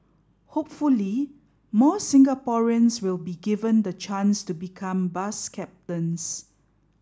hopefully more Singaporeans will be given the chance to become bus captains